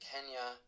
Kenya